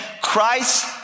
Christ